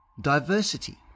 diversity